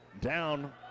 down